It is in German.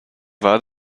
war